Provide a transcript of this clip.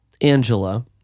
Angela